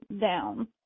down